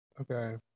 Okay